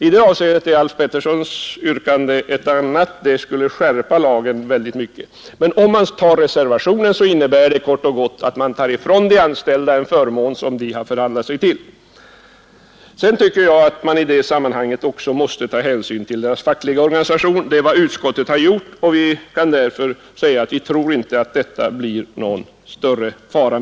I det avseendet är Alf Petterssons i Malmö yrkande ett annat, det skulle skärpa lagen i hög grad. Ett bifall till reservationen skulle kort och gott innebära att man tar ifrån de handelsanställda en förmån som de har förhandlat sig till. Vidare tycker jag att man i detta sammanhang också måste ta hänsyn till de handelsanställdas fackliga organisation. Det är vad utskottet har gjort. Vi tror därför inte att det i det fallet föreligger någon större fara.